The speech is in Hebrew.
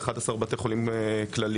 11 בתי חולים כלליים: